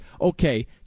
okay